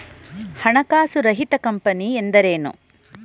ಹಣಕಾಸು ರಹಿತ ಕಂಪನಿ ಎಂದರೇನು?